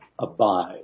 abide